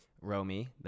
Romy